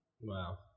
Wow